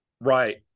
right